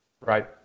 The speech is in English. Right